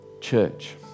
Church